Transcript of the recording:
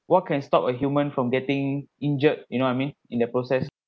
what can stop a human from getting injured you know I mean in the process